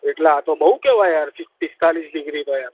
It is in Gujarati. એટલે આ તો બહુ કહેવાય યાર પિસ પિસ્તાલીસ ડીગ્રી તો યાર